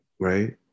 right